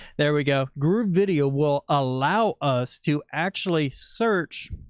there we go. groovevideo will allow us to actually search.